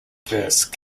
first